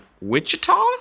Wichita